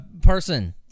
person